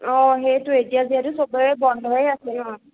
অ সেইটো এতিয়া যিহেতু সবৰে বন্ধই আছে ন'